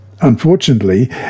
Unfortunately